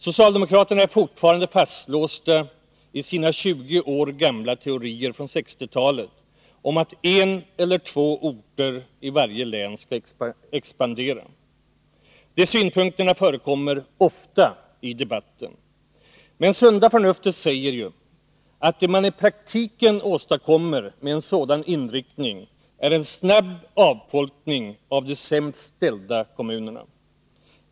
Socialdemokraterna är fortfarande fastlåsta i sina 20 år gamla teorier från 1960-talet att en eller två orter i varje län skall expandera. De synpunkterna förekommer fortfarande ofta i debatten. Men sunda förnuftet säger ju att det man i praktiken åstadkommer med en sådan inriktning är en snabb avfolkning av de sämst ställda kommunerna.